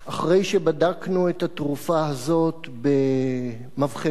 אחרי שבדקנו את התרופה הזאת במבחנות